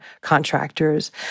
contractors